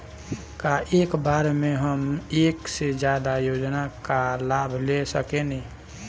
का एक बार में हम एक से ज्यादा योजना का लाभ ले सकेनी?